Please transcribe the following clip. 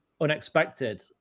unexpected